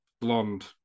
Blonde